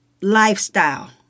lifestyle